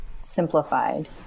simplified